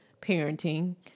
parenting